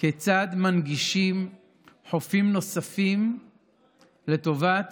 כיצד מנגישים חופים נוספים לטובת